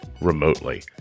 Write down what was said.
remotely